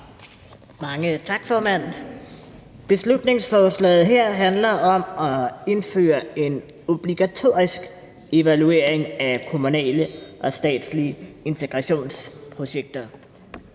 Mange tak, formand. Beslutningsforslaget her handler om at indføre en obligatorisk evaluering af kommunale og statslige integrationsprojekter,